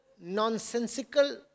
nonsensical